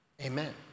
Amen